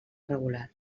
regular